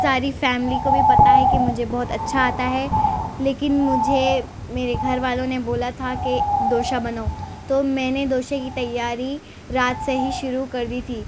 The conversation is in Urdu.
ساری فیملی کو بھی پتا ہے کہ مجھے بہت اچھا آتا ہے لیکن مجھے میرے گھر والوں نے بولا تھا کہ دوشا بناؤ تو میں نے دوشے کی تیاری رات سے ہی شروع کر دی تھی